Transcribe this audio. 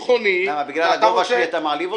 בגלל הגובה שלי אתה מעליב אותי?